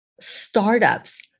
startups